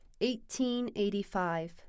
1885